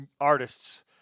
artists